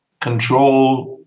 control